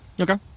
Okay